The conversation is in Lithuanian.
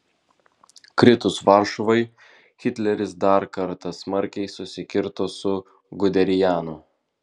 kritus varšuvai hitleris dar kartą smarkiai susikirto su guderianu